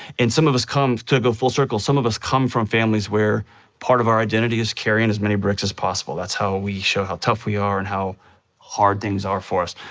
and some of us come, to go full circle, some of us come from families where part of our identity is carrying as many bricks as possible. that's how we show how tough we are and how hard things are for us.